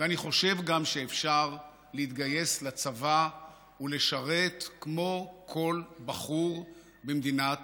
אני גם חושב שאפשר להתגייס לצבא ולשרת כמו כל בחור במדינת